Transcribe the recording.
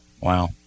Wow